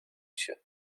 się